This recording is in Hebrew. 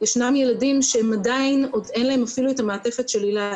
ישנם ילדים שעדיין אין להם אפילו את המעטפת של היל"ה,